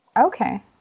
Okay